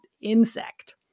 insect